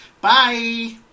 Bye